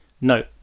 no